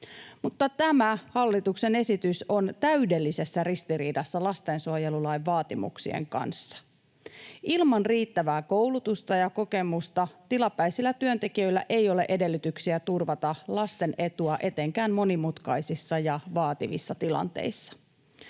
mutta tämä hallituksen esitys on täydellisessä ristiriidassa lastensuojelulain vaatimuksien kanssa. Ilman riittävää koulutusta ja kokemusta tilapäisillä työntekijöillä ei ole edellytyksiä turvata lasten etua etenkään monimutkaisissa ja vaativissa tilanteissa.